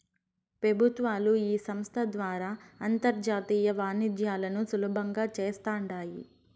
పెబుత్వాలు ఈ సంస్త ద్వారా అంతర్జాతీయ వాణిజ్యాలను సులబంగా చేస్తాండాయి